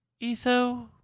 Etho